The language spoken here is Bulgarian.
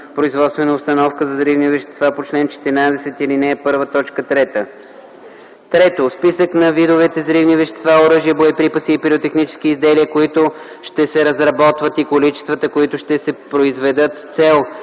производствена установка за взривни вещества по чл. 14, ал. 1, т. 3; 3. списък на видовете взривни вещества, оръжия, боеприпаси и пиротехнически изделия, които ще се разработват и количествата, които ще се произведат с цел